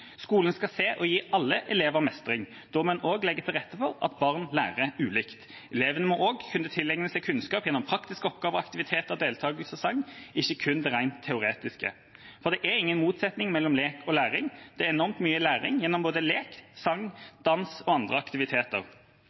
Skolen skal se og gi alle elever mestring. Da må en også legge til rette for at barn lærer ulikt. Elevene må også kunne tilegne seg kunnskap gjennom praktiske oppgaver, aktiviteter og deltakelse i sang, ikke kun det rent teoretiske. For det er ingen motsetning mellom lek og læring. Det er enormt mye læring gjennom både lek, sang, dans og andre aktiviteter.